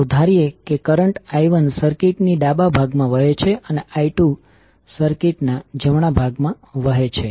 ચાલો ધારીએ કે કરંટ I1 સર્કિટ ની ડાબા ભાગમા વહે છે અને I2 સર્કિટ ની જમણા ભાગ માં વહે છે